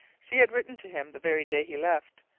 she had written to him the very day he left.